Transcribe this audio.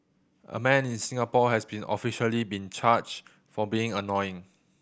a man in Singapore has been officially been charged for being annoying